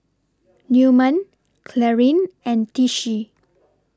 Newman Clarine and Tishie